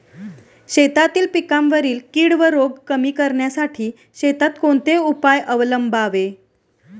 शेतातील पिकांवरील कीड व रोग कमी करण्यासाठी शेतात कोणते उपाय अवलंबावे?